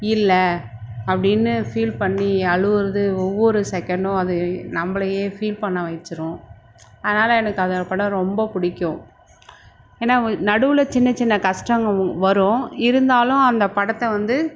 இல்லை அப்படின்னு ஃபீல் பண்ணி அழுகிறது ஒவ்வொரு செகண்டும் அது நம்மளையே ஃபீல் பண்ண வச்சுரும் அதனால் எனக்கு அந்த படம் ரொம்ப பிடிக்கும் ஏன்னால் கொ நடுவில் சின்ன சின்ன கஷ்டங்கள் வரும் இருந்தாலும் அந்த படத்தை வந்து